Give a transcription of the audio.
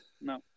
no